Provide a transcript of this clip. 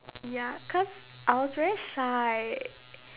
ya cause I was very shy